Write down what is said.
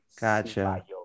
Gotcha